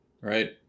Right